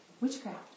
witchcraft